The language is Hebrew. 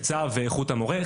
היצע ואיכות המורה.